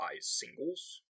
singles